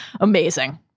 Amazing